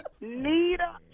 Nita